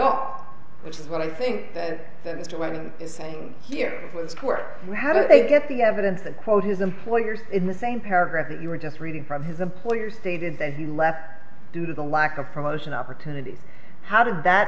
out which is what i think that senator webb is saying here was poor how did they get the evidence and quote his employers in the same paragraph that you were just reading from his employer stated that he left due to the lack of promotion opportunities how did that